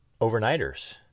overnighters